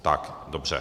Tak dobře.